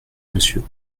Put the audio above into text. monsieur